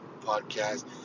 Podcast